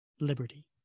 liberty